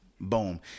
Boom